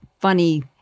funny